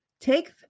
take